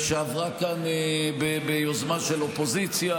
שעברה כאן ביוזמה של האופוזיציה,